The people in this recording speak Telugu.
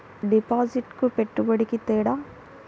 డిపాజిట్కి పెట్టుబడికి తేడా?